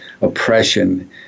oppression